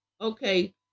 Okay